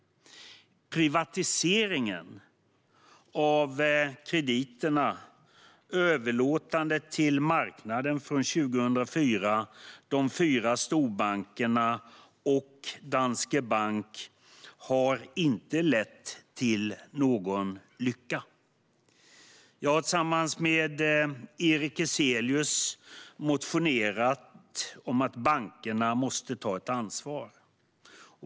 Privatiseringen av krediterna, överlåtandet till marknaden från 2004, de fyra storbankerna och Danske Bank har inte lett till någon lycka. Jag har tillsammans med Erik Ezelius motionerat om att bankerna måste ta ett ansvar.